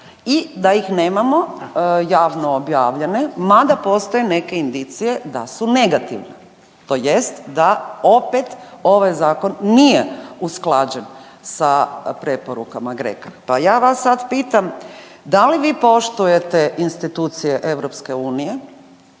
i da ih nemamo javno objavljene mada postoje neke indicije da su negativne, tj. da opet ovaj zakon nije usklađen sa preporukama GRECO-a. Pa ja vas sad pitam da li vi poštujete institucije